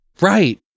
Right